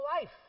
life